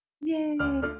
yay